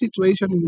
situation